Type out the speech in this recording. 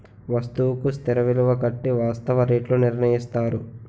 వస్తువుకు స్థిర విలువ కట్టి వాస్తవ రేట్లు నిర్ణయిస్తారు